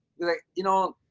like, you know,